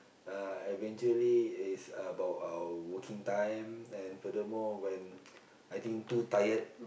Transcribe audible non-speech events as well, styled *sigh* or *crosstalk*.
uh I eventually is about our working time and furthermore when *noise* I think too tired